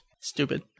Stupid